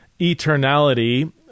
eternality